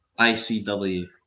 ICW